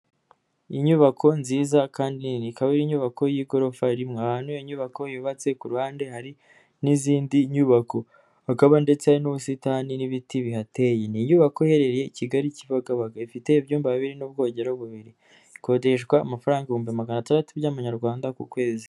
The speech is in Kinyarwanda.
Inyubako nziza kandi nini, ikaba ari inyubako y'igorofa rimwe, ahantu inyubako yubatse ku ruhande hari n'izindi nyubako hakaba ndetse n'ubusitani n'ibiti bihateye, ni inyubako iherereye i Kigali Kibabaga, ifite ibyumba bibiri n'ubwogero bubiri, ikodeshwa amafaranga ibihumbi magana atandatu by'amanyarwanda ku kwezi.